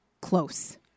close